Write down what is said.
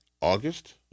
August